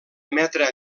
emetre